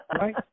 Right